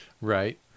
Right